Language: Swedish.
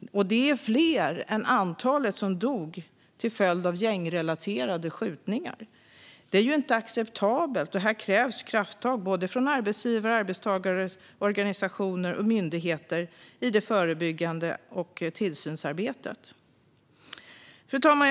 Detta är fler än antalet döda till följd av gängrelaterade skjutningar. Det är inte acceptabelt, och här krävs krafttag från både arbetsgivare, arbetstagarorganisationer och myndigheter i det förebyggande arbetet och i tillsynsarbetet. Fru talman!